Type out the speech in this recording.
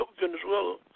Venezuela